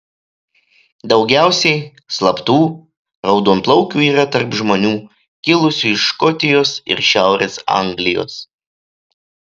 daugiausiai slaptų raudonplaukių yra tarp žmonių kilusių iš škotijos ir šiaurės anglijos